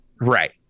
Right